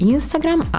Instagram